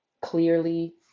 clearly